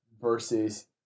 versus